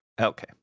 Okay